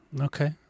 Okay